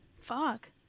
fuck